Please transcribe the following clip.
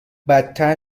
بدتر